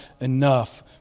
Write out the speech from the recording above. enough